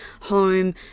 home